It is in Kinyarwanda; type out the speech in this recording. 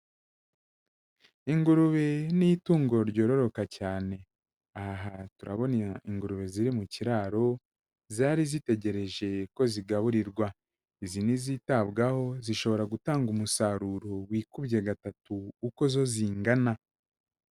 Ingurube ni itungo ryororoka cyane, aha turabona ingurube ziri mu kiraro, zari zitegereje ko zigaburirwa, izi nizitabwaho, zishobora gutanga umusaruro wikubye gatatu uko zo zingana.